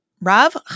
Rav